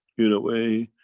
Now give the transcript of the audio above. in a way,